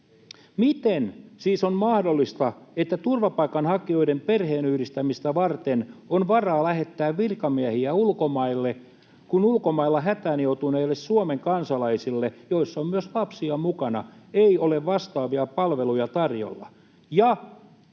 Miten siis on mahdollista, että turvapaikanhakijoiden perheenyhdistämistä varten on varaa lähettää virkamiehiä ulkomaille, kun ulkomailla hätään joutuneille Suomen kansalaisille ei ole vastaavia palveluja tarjolla, vaikka